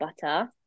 butter